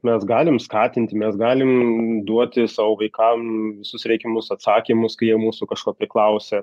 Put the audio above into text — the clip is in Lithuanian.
mes galim skatinti mes galim duoti savo vaikam visus reikiamus atsakymus kai jie mūsų kažko tai klausia